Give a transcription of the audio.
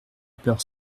peur